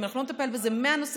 אם לא נטפל בזה מההתחלה,